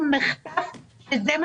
איך אנחנו